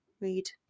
read